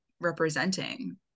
representing